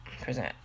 present